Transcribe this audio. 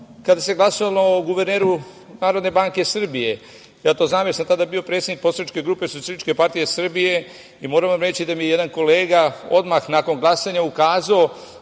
kada se glasalo o guverneru Narodne banke Srbije. Ja to znam, jer sam tada bio predsednik poslaničke grupe SPS i moram vam reći da mi je jedan kolega odmah nakon glasanja ukazao